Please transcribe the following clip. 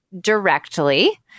directly